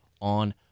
on